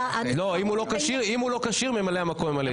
אם הוא לא כשיר, ממלא המקום ינהל את הישיבה.